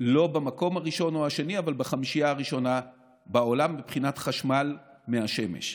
לא במקום הראשון או השני אבל בחמישייה הראשונה בעולם מבחינת חשמל מהשמש.